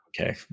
Okay